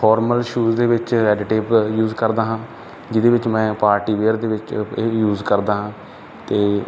formal shoes ਦੇ ਵਿੱਚ Red Tape use ਕਰਦਾ ਹਾਂ ਜਿਹਦੇ ਵਿੱਚ ਮੈਂ ਪਾਰਟੀ ਵੇਅਰ ਦੇ ਵਿੱਚ ਇਹ ਯੂਜ ਕਰਦਾ ਹਾਂ ਅਤੇ